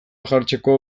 jartzeko